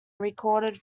recorded